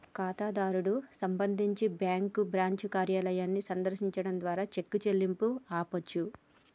ఖాతాదారుడు సంబంధించి bank branch కార్యాలయాన్ని సందర్శించడం ద్వారా చెక్ చెల్లింపును ఆపొచ్చు